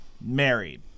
married